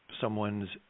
someone's